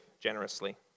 generously